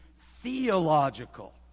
theological